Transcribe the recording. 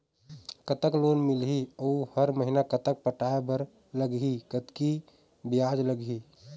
कतक लोन मिलही अऊ हर महीना कतक पटाए बर लगही, कतकी ब्याज लगही?